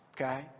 Okay